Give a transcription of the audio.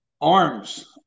Arms